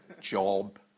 job